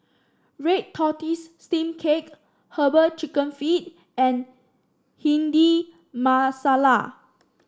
Red Tortoise Steamed Cake herbal chicken feet and Bhindi Masala